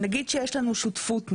נגיד שיש להם שותפות נפט,